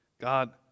God